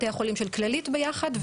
בתי החולים של כללית ביחד,